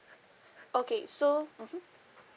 okay so mmhmm